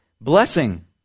Blessing